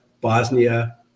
Bosnia